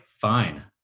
fine